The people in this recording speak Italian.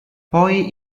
poi